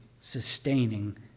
sustaining